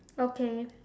okay